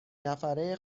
نفره